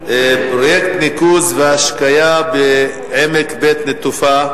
פרויקט ניקוז והשקיה בעמק בית-נטופה,